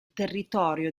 territorio